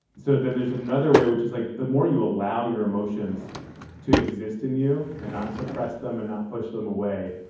so then there's another way, which is like the more you allow your emotions to exist in you and not suppress them and not push them away,